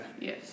Yes